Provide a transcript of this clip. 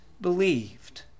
believed